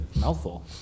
mouthful